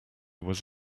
was